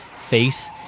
face